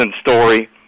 story